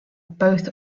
both